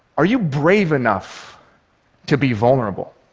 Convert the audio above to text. are you brave enough to be vulnerable?